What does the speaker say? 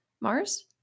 Mars